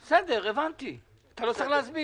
בסדר, הבנתי, אתה לא צריך להסביר.